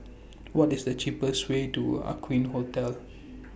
What IS The cheapest Way to Aqueen Hotel